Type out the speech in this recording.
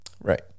Right